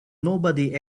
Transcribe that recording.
nobody